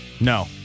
No